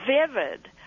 vivid